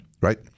Right